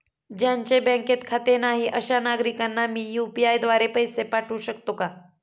ज्यांचे बँकेत खाते नाही अशा नागरीकांना मी यू.पी.आय द्वारे पैसे पाठवू शकतो का?